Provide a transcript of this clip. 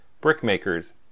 brickmakers